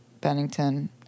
bennington